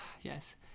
Yes